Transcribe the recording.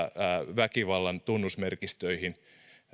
väkivallan tunnusmerkistöihin